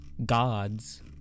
Gods